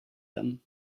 them